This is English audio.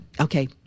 Okay